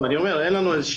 אני חייב לציין,